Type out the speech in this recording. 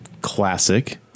classic